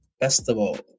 Festival